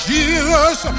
Jesus